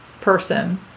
person